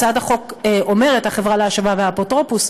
הצעת החוק אומרת: החברה להשבה והאפוטרופוס,